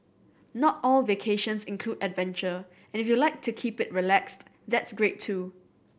not all vacations include adventure and if you like to keep it relaxed that's great too